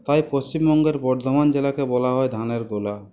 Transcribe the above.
তাই পশ্চিমবঙ্গের বর্ধমান জেলাকে বলা হয় ধানের গোলা